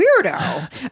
weirdo